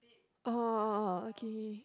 uh uh uh uh okay okay okay